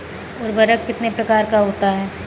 उर्वरक कितने प्रकार का होता है?